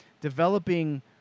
developing